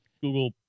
Google